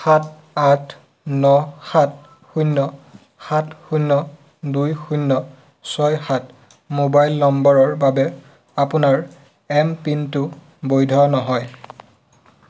সাত আঠ ন সাত শূন্য সাত শূন্য দুই শূন্য ছয় সাত মোবাইল নম্বৰৰ বাবে আপোনাৰ এমপিনটো বৈধ নহয়